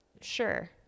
Sure